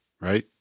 right